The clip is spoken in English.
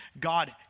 God